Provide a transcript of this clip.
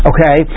Okay